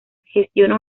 gestiona